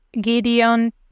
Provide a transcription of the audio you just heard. Gideon